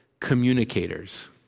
Communicators